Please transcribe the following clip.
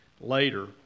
later